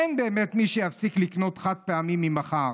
/ אין באמת מי שיפסיק לקנות חד- פעמיים ממחר.